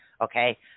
Okay